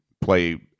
play